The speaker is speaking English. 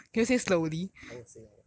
!wah! 好恶心 ah 我